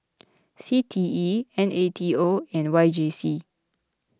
C T E N A T O and Y J C